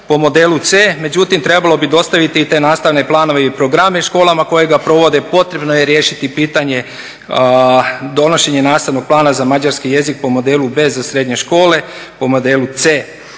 po modelu C međutim trebalo bi dostaviti i te nastavne planove i programe školama koje ga provode. Potrebno je riješiti pitanje donošenja nastavnog plana za mađarski jezik po modelu B za srednje škole i po modelu C.